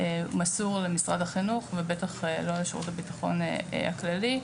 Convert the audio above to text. מסור למשרד החינוך ובטח לא לשירות הביטחון הכללי,